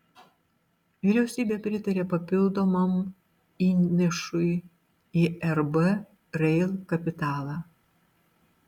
vyriausybė pritarė papildomam įnašui į rb rail kapitalą